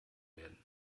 werden